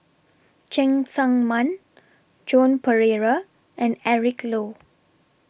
Cheng Tsang Man Joan Pereira and Eric Low